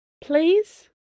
please